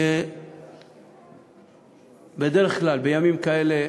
כי בדרך כלל, ימים כאלה,